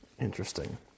Interesting